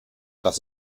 das